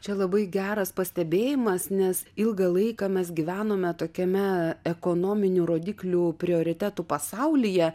čia labai geras pastebėjimas nes ilgą laiką mes gyvenome tokiame ekonominių rodiklių prioritetų pasaulyje